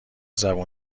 زبون